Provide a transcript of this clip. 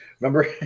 Remember